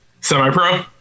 semi-pro